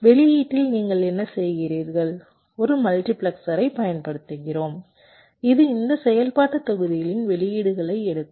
வெளியீட்டில் நீங்கள் என்ன செய்கிறீர்கள் ஒரு மல்டிபிளெக்சரைப் பயன்படுத்துகிறோம் இது இந்த செயல்பாட்டுத் தொகுதிகளின் வெளியீடுகளை எடுக்கும்